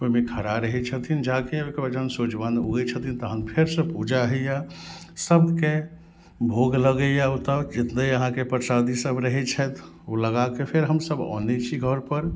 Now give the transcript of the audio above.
ओहिमे खड़ा रहै छथिन जाके ओहिके बाद जहन सोझवान उगै छथिन तहन फेरसँ पूजा होइया सभके भोग लगैया ओतऽ जितना अहाँके प्रसादी सभ रहै छथि ओ लगाके फेर हमसभ आनै छी घर पर